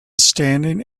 standing